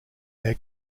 their